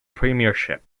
premiership